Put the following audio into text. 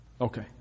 Okay